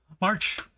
march